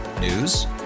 News